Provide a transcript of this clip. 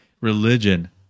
Religion